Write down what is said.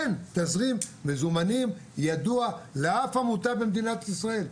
אין תזרים מזומנים ידוע לאף עמותה במדינת ישראל,